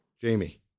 Jamie